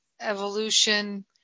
evolution